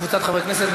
וקבוצת חברי הכנסת.